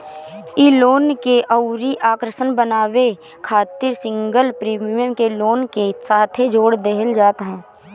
इ लोन के अउरी आकर्षक बनावे खातिर सिंगल प्रीमियम के लोन के साथे जोड़ देहल जात ह